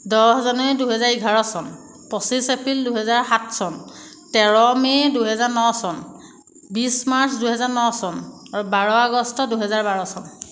দহ দুহেজাৰ এঘাৰ চন পঁচিছ এপ্ৰিল দুহেজাৰ সাত চন তেৰ মে' দুহেজাৰ ন চন বিছ মাৰ্চ দুহেজাৰ ন চন আৰু বাৰ আগষ্ট দুহেজাৰ বাৰ চন